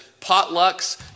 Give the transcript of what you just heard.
potlucks